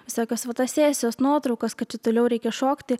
visokios fotosesijos nuotraukos kad čia toliau reikia šokti